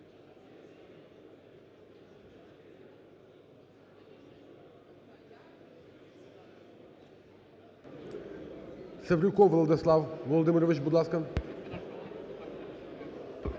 Севрюков Владислав Володимирович, будь ласка.